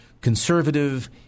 conservative